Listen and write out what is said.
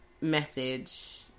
message